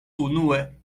unue